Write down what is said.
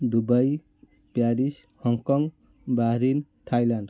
Dubai Paris Hong Kong Bahrain Thailand